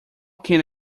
can